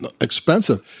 expensive